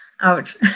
Ouch